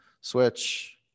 Switch